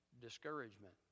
discouragement